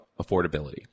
affordability